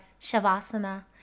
Shavasana